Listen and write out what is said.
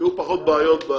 שיהיו פחות בעיות.